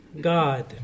god